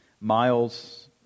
Miles